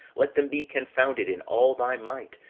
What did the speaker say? let them be confounded in all thy might,